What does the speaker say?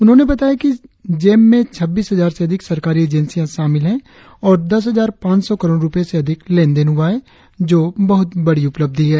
उन्होंने बताया कि जेम में छबीस हजार से अधिक सरकारी एजेंसिया शामिल है और दस हजार पांच शौ करोड़ रुपए से अधिक लेन देन हुआ है जो बहुत बढ़ी उपलब्धि है